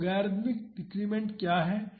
तो logarithmic decrement क्या है